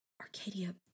Arcadia